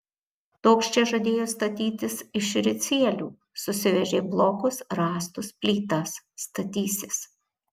toks čia žadėjo statytis iš ricielių susivežė blokus rąstus plytas statysis